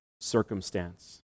circumstance